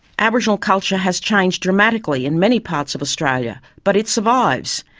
aboriginal culture has changed dramatically in many parts of australia, but it survives,